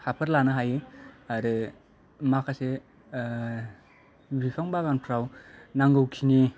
हाफोर लानो हायो आरो माखासे ओ बिफां बागानफ्राव नांगौ खिनि